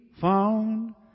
found